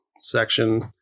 section